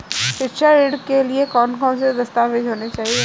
शिक्षा ऋण के लिए कौन कौन से दस्तावेज होने चाहिए?